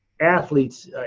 athletes –